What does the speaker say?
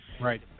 Right